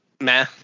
meh